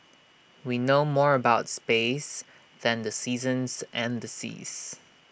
we know more about space than the seasons and the seas